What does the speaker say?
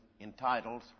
entitled